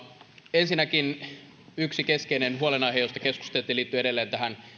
ensinnäkin yksi keskeinen huolenaihe josta keskusteltiin liittyy edelleen